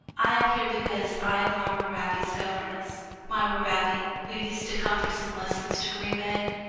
i am here because i am myra raby's governess myra raby, who used to come for some lessons to green bank.